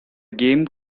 game